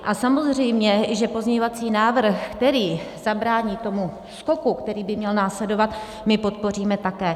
A samozřejmě že pozměňovací návrh, který zabrání tomu skoku, který by měl následovat, my podpoříme také.